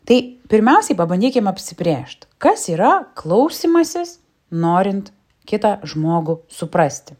tai pirmiausiai pabandykim apsibrėžt kas yra klausymasis norint kitą žmogų suprasti